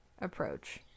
approach